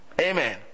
Amen